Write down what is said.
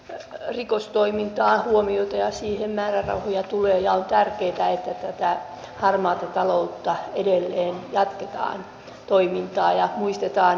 kannanoton ja virkamiesmuistion ovat laatineet työoikeutta ja valtiosääntöoikeutta tuntevat työ ja elinkeinoministeriön ja oikeusministeriön virkamiehet